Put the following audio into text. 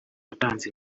atanze